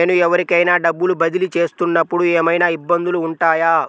నేను ఎవరికైనా డబ్బులు బదిలీ చేస్తునపుడు ఏమయినా ఇబ్బందులు వుంటాయా?